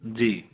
जी